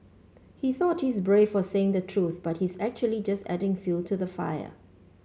he thought he's brave for saying the truth but he's actually just adding fuel to the fire